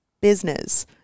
business